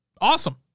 Awesome